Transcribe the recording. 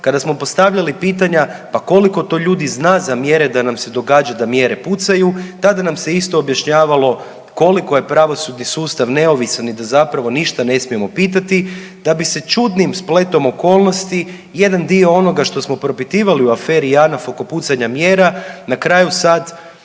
kada smo postavljali pitanja pa koliko to ljudi zna za mjere da nam se događa da mjere pucaju tada nam se isto objašnjavalo koliko je pravosudni sustav neovisan i da zapravo ništa ne smijemo pitati da bi se čudnim spletom okolnosti jedan dio onoga što smo propitivali u aferi JANAF oko pucanja mjera na kraju sad